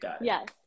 Yes